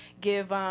give